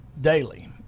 daily